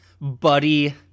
buddy